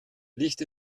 licht